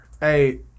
Hey